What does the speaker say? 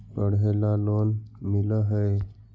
पढ़े ला लोन मिल है?